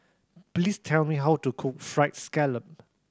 please tell me how to cook Fried Scallop